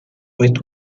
with